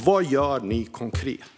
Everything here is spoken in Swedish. Vad gör ni konkret?